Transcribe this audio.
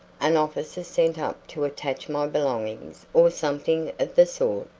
an officer sent up to attach my belongings or something of the sort.